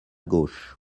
gauche